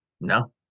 no